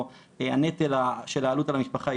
או הנטל של העלות על המשפחה,